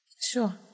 Sure